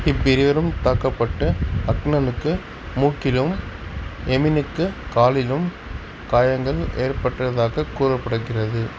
இவ்விருவரும் தாக்கப்பட்டு அத்னானுக்கு மூக்கிலும் எமினுக்கு காலிலும் காயங்கள் ஏற்பட்டதாகக் கூறப்படுகிறது